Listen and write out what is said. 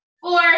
four